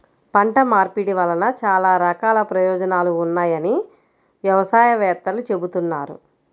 పంట మార్పిడి వలన చాలా రకాల ప్రయోజనాలు ఉన్నాయని వ్యవసాయ వేత్తలు చెబుతున్నారు